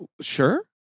sure